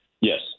Yes